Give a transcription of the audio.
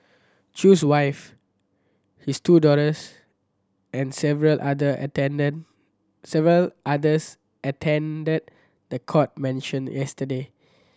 Chew's wife his two daughters and several other attended several others attended the court mention yesterday